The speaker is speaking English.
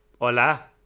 Hola